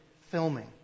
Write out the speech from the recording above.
filming